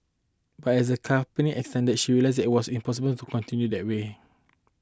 but as the company expanded she realised that it was impossible to continue that way